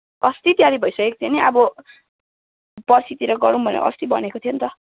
अस्ति तयारी भइसकेको थियो नि अब पर्सितिर गरौँ भनेर अस्ति भनेको थियो नि त